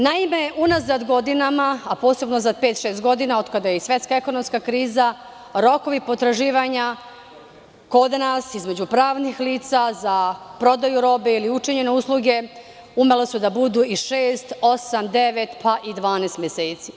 Naime, unazad godinama, a posebno za pet do šest godina od kada je i svetska ekonomska kriza, rokovi potraživanja kod nas između pravnih lica za prodaju robe ili učinjene usluge su umele da budu i šest, osam, devet, pa i 12 meseci.